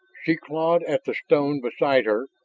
she clawed at the stone beside her,